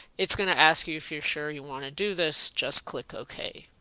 it's going to ask you if you sure you want to do this just click ok.